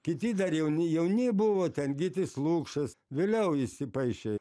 kiti dar jauni jauni buvo ten gytis lukšas vėliau įsipaišė